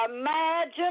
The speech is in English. imagine